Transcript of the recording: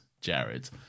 Jared